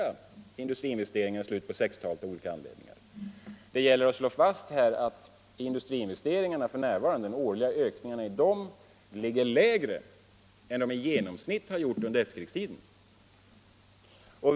Men industriinvesteringarna i slutet av 1960-talet som man nu jämför med var av olika anledningar synnerligen låga. Här vill jag slå fast att de årliga ökningarna i industriinvesteringarna f. n. ligger lägre än vad de i genomsnitt har gjort under hela efterkrigstiden.